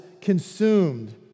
consumed